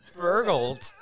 Burgled